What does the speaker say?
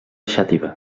xàtiva